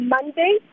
Monday